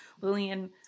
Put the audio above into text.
Lillian